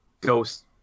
ghost